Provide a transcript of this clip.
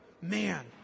man